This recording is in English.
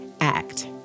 act